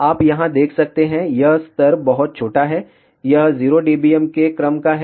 आप यहाँ देख सकते हैं कि यह स्तर बहुत छोटा है यह 0 dBm के क्रम का है